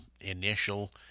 initial